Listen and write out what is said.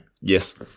Yes